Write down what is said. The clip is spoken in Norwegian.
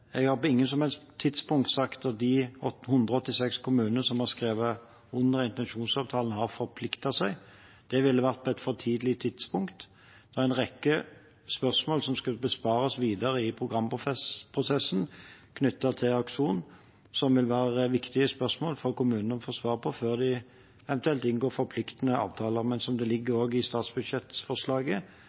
de 186 kommunene som har skrevet under på intensjonsavtalen, har forpliktet seg. Det ville vært på et for tidlig tidspunkt. En rekke spørsmål som skulle besvares videre i programprosessen knyttet til Akson, vil være viktige spørsmål for kommunene å få svar på før de eventuelt inngår forpliktende avtaler. Men som det også ligger i statsbudsjettforslaget,